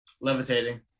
Levitating